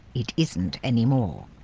it isn't anymore.